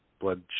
blood